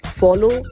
follow